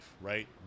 right